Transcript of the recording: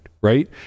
right